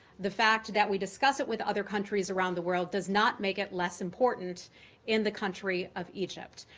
the fact that we discuss it with other countries around the world does not make it less important in the country of egypt.